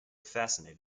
fascinated